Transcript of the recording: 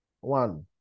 One